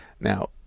now